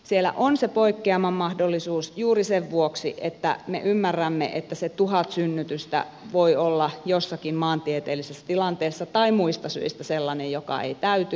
siellä on se poikkeaman mahdollisuus juuri sen vuoksi että me ymmärrämme että se tuhat synnytystä voi olla jossakin maantieteellisessä tilanteessa tai muista syistä sellainen joka ei täyty